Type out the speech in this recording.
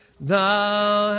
Thou